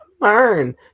learn